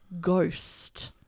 ghost